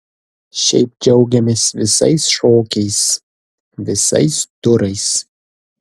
šiaip džiaugiamės visais šokiais visais turais